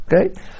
Okay